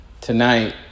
tonight